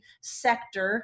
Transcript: sector